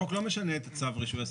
החוק לא משנה את צו רישוי עסקים.